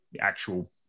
actual